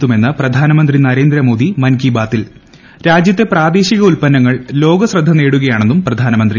എത്തുമെന്ന് പ്രധാനമന്ത്രി നരേന്ദ്രമോദി മൻ കി ബാത്തിൽ രാജ്യത്തെ പ്രാദേശിക ഉൽപ്പന്നങ്ങൾ ലോക ശ്രദ്ധ നേടുകയാണെന്നും പ്രധാനമന്ത്രി